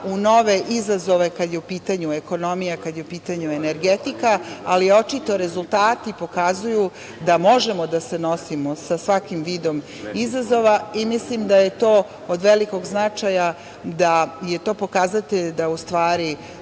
u nove izazove kada je u pitanju ekonomija, kada je u pitanju energetika, ali očito rezultati pokazuju da možemo da se nosimo sa svakim vidom izazova. Mislim da je to od velikog značaja, da je to pokazatelj da